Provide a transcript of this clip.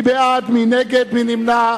הצעת